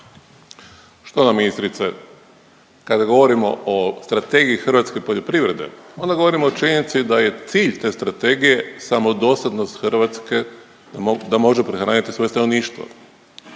Štovana ministrice, kada govorimo o strategiji hrvatske poljoprivrede, onda govorimo o činjenici da je cilj te strategije samodostatnost Hrvatske da može prehraniti svoje stanovništvo.